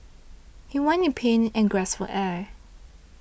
he writhed in pain and gasped for air